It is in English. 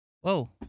Whoa